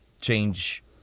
change